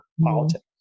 politics